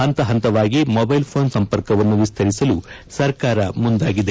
ಹಂತ ಹಂತವಾಗಿ mobile phone ಸಂಪರ್ಕವನ್ನು ವಿಸ್ತರಿಸಲು ಸರ್ಕಾರ ಮುಂದಾಗಿದೆ